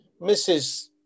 Mrs